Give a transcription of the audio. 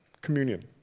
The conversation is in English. communion